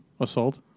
assault